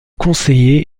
conseiller